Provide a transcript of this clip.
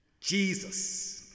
Jesus